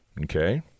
Okay